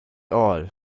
all